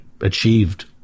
achieved